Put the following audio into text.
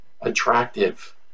attractive